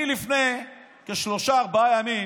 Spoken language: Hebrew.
אני לפני כשלושה-ארבעה ימים